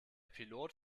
pilot